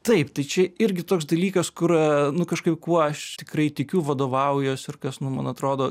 taip tai čia irgi toks dalykas kur nu kažkaip kuo aš tikrai tikiu vadovaujuos ir kas nu man atrodo